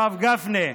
הרב גפני,